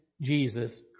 Jesus